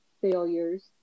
failures